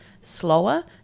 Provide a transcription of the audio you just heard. slower